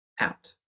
out